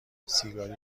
سیگاری